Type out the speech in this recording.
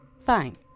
Fine